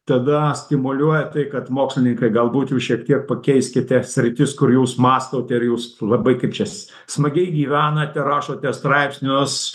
tada stimuliuoja tai kad mokslininkai galbūt jau šiek tiek pakeiskite sritis kur jūs mąstot ir jūs labai kaip čia s smagiai gyvenate rašote straipsnius